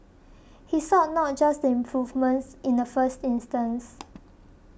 he sought not just the improvements in the first instance